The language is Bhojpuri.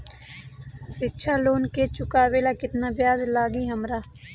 शिक्षा लोन के चुकावेला केतना ब्याज लागि हमरा?